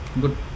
good